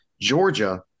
Georgia